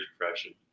depression